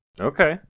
Okay